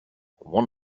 one